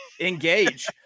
engage